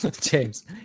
James